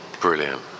Brilliant